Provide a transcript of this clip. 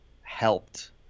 helped